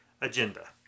agenda